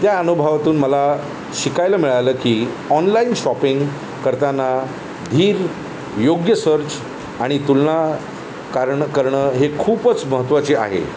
त्या अनुभवातून मला शिकायला मिळालं की ऑनलाईन शॉपिंग करताना धीर योग्य सर्च आणि तुलना कारण करणं हे खूपच महत्त्वाचे आहे